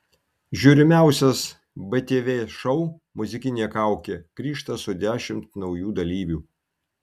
žiūrimiausias btv šou muzikinė kaukė grįžta su dešimt naujų dalyvių